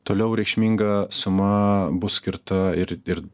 toliau reikšminga suma bus skirta ir ir